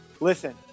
Listen